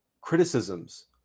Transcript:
criticisms